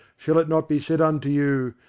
shall it not be said unto you,